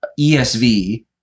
ESV